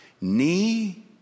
Knee